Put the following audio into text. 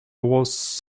was